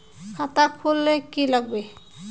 खाता खोल ले की लागबे?